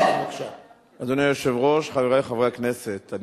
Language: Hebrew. חבר הכנסת אמסלם, בבקשה.